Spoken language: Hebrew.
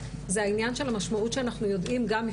זה העניין של המשמעות שאנחנו יודעים מהי